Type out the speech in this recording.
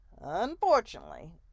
Unfortunately